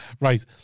right